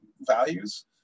values